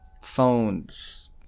Phones